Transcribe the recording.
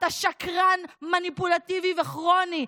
אתה שקרן מניפולטיבי וכרוני.